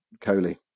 Coley